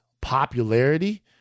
popularity